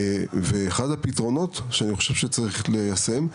ואחד הפתרונות הנוספים שאני חושב שיעזור מאוד אם ניישם,